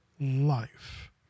life